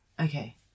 okay